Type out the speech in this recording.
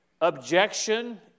objection